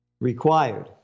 required